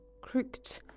crooked